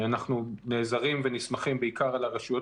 אנחנו נעזרים ונסמכים בעיקר על הרשויות